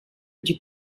die